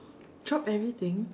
drop everything